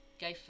go